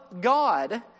God